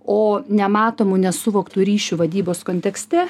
o nematomų nesuvoktų ryšių vadybos kontekste